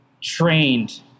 trained